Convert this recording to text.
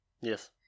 Yes